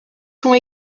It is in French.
sont